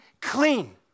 clean